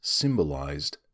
symbolized